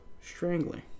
strangling